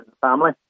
family